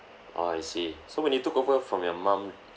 ah I see so when you took over from your mum